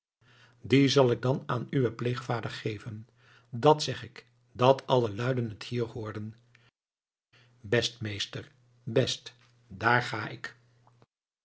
die zal ik dan aan uwen pleegvader geven dat zeg ik dat alle luiden het hier hooren best meester best daar ga ik